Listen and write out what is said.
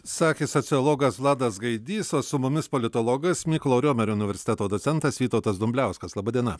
sakė sociologas vladas gaidys o su mumis politologas mykolo riomerio universiteto docentas vytautas dumbliauskas laba diena